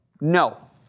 No